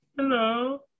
Hello